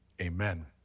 amen